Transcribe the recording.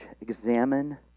examine